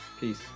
Peace